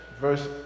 verse